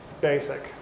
basic